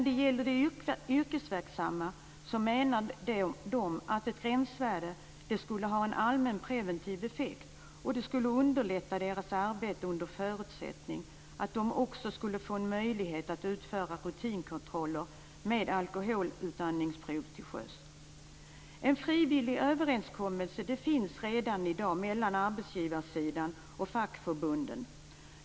De yrkesverksamma menar att ett gränsvärde skulle ha en allmän preventiv effekt och underlätta deras arbete under förutsättning att också de skulle få möjlighet att utföra rutinkontroller med alkoholutandningsprov till sjöss. En frivillig överenskommelse finns redan i dag mellan arbetsgivarsidan och fackförbunden.